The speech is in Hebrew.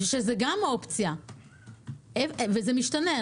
שזה גם אופציה וזה משתנה.